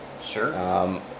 Sure